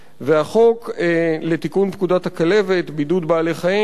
החוק לתיקון פקודת הכלבת (בידוד בעלי-חיים),